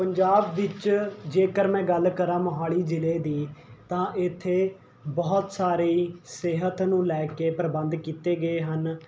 ਪੰਜਾਬ ਵਿੱਚ ਜੇਕਰ ਮੈਂ ਗੱਲ ਕਰਾਂ ਮੋਹਾਲੀ ਜ਼ਿਲ੍ਹੇ ਦੀ ਤਾਂ ਇੱਥੇ ਬਹੁਤ ਸਾਰੇ ਸਿਹਤ ਨੂੰ ਲੈ ਕੇ ਪ੍ਰਬੰਧ ਕੀਤੇ ਗਏ ਹਨ